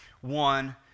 one